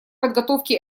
подготовки